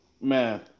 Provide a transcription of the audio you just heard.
Man